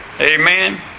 Amen